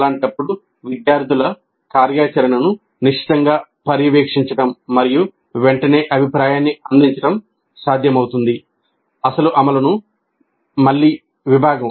అలాంటప్పుడు విద్యార్థుల కార్యాచరణను నిశితంగా పర్యవేక్షించడం మరియు వెంటనే అభిప్రాయాన్ని అందించడం సాధ్యమవుతుంది అసలు అమలును మళ్ళీ విభాగం